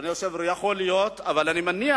אדוני היושב-ראש, יכול להיות, אבל אני מניח